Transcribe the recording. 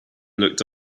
looked